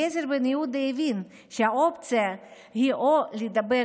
אליעזר בן יהודה הבין שהאופציה היא לדבר